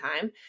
time